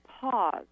pause